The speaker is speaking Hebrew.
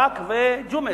ברק וג'ומס.